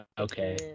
Okay